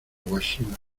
huaxila